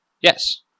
Yes